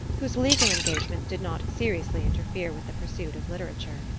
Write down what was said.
whose legal engagements did not seriously interfere with the pursuit of literature.